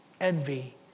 envy